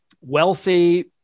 wealthy